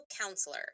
counselor